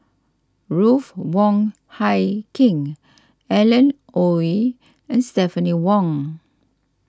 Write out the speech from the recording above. Ruth Wong Hie King Alan Oei and Stephanie Wong